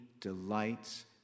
delights